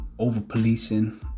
over-policing